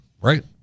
right